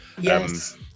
yes